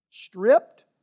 Stripped